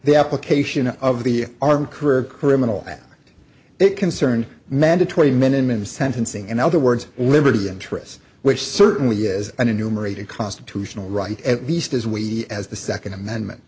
the application of the arm career criminal it concerned mandatory minimum sentencing in other words liberty interest which certainly is an enumerated constitutional right at least as we as the second amendment